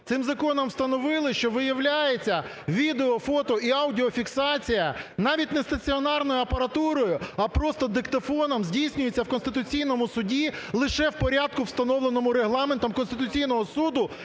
Цим законом встановили, що, виявляється, відео-, фото- і аудіофіксація, навіть не стаціонарною апаратурою, а просто диктофоном, здійснюється в Конституційному Суді лише в порядку, встановленому Регламентом Конституційного Суду,